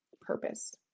purpose